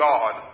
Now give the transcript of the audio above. God